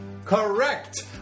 Correct